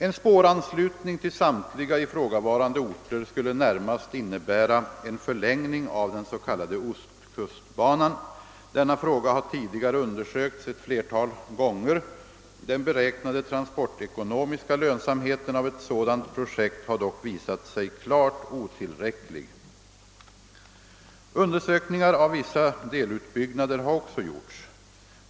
En spåranslutning till samtliga ifrågavarande orter skulle närmast innebära en förlängning av den s.k. ostkustbanan. Denna fråga har tidigare undersökts ett flertal gånger. Den beräknade transportekonomiska lönsamheten av ett sådant projekt har dock visat sig klart otillräcklig. Undersökningar av vissa delutbyggnader har också gjorts.